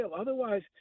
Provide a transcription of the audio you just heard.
Otherwise